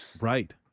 Right